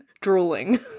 Drooling